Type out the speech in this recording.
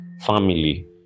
family